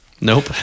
Nope